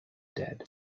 dead